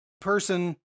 Person